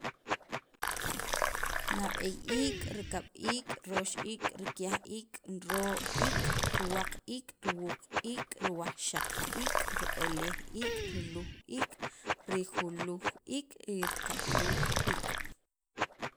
nab'eey iik', rikab' iik', roox iik', rikyaj iik', roo' iik', riwaq iik', riwuq iik', riwajxaq iik', rib'elej iik', riluj iik'.